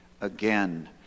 again